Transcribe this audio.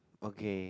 okay